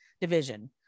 division